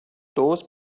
doors